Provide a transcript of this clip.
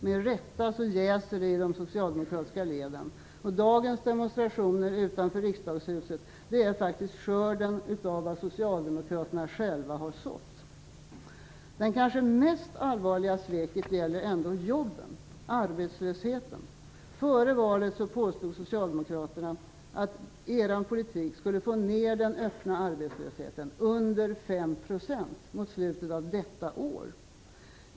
Med rätta jäser det i de socialdemokratiska leden. Dagens demonstrationer utanför riksdagshuset är faktiskt skörden av vad Socialdemokraterna själva har sått. Det kanske mest allvarliga sveket gäller ändå jobben - arbetslösheten. Före valet påstod Socialdemokraterna att deras politik skulle få ned den öppna arbetslösheten under 5 % mot slutet av detta år.